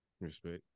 respect